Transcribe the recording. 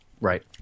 Right